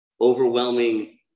overwhelming